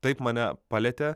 taip mane palietė